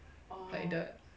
like the